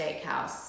steakhouse